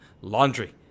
laundry